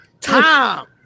time